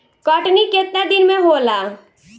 कटनी केतना दिन में होला?